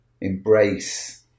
embrace